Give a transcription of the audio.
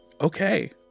Okay